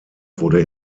wurde